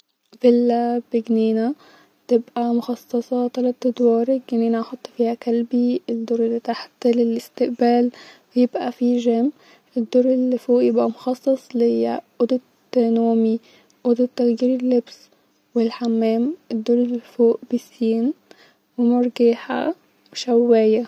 زرت بلد كانت نوعا ما مش متقدمه مكنتش متوقعه خالص ان انا ممكن استمتع فيها بس حقيقتا كانت تجربه ممتعه جدا بالنسبالي-كانت فيها مناظر كتير طبيعيه جميله وكانت بلد هاديه جدا